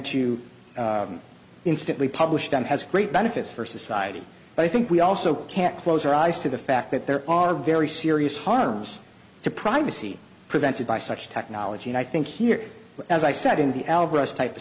to instantly publish them has great benefits for society but i think we also can't close our eyes to the fact that there are very serious harms to privacy prevented by such technology and i think here as i said in the